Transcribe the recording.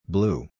Blue